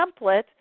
template